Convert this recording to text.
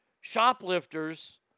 shoplifters